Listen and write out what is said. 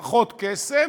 בפחות כסף,